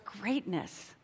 greatness